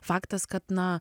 faktas kad na